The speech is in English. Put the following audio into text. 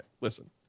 Listen